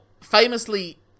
famously